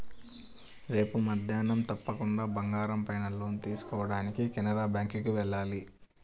రేపు మద్దేన్నం తప్పకుండా బంగారం పైన లోన్ తీసుకోడానికి కెనరా బ్యేంకుకి వెళ్ళాలి